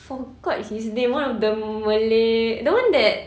forgot his name one of the malay the one that